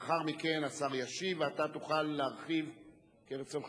ולאחר מכן השר ישיב, ואתה תוכל להרחיב כרצונך.